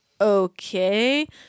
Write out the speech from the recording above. okay